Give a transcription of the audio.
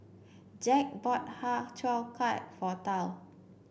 Jack bought Har Cheong Gai for Tal